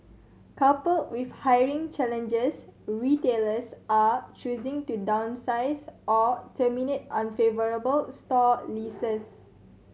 coupled with hiring challenges retailers are choosing to downsize or terminate unfavourable store leases